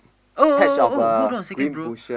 oh oh oh oh hold on a second bro